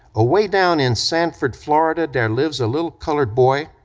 away down in sanford, florida, dere lives a little colored boy,